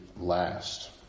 last